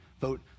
vote